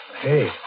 hey